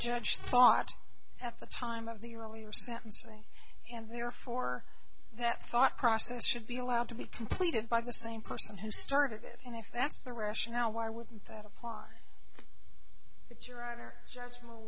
judge thought at the time of the year earlier sentencing and therefore that thought process should be allowed to be completed by the same person who started it and if that's the rationale why wouldn't that apply that your honor